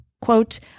Quote